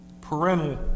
parental